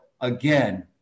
again